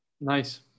Nice